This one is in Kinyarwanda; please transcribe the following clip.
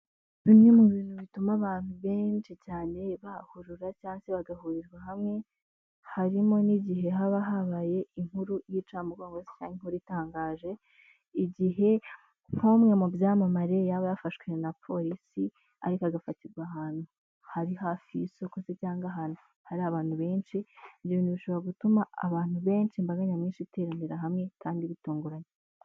Bimwe mu bintu bituma abantu benshi cyane bahurura cyangwa bagahurizwa hamwe, harimo n'igihe haba habaye inkuru y'incamugongo cyangwa inkuru itangaje, igihe nk'umwe mu byamamare yaba yafashwe na polisi ariko agafatirwa ahantu hari hafi y'isoko cyangwa se ahantu hari abantu benshi, ibyo bintu bishobora gutuma abantu benshi, imbaga nyamwinshi iteranira hamwe kandi ibitunguranye.